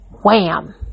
wham